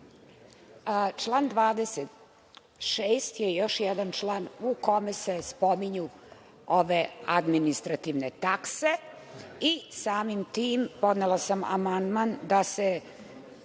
26. je još jedan član u kome se spominju ove administrativne takse i samim tim podnela sam amandman da se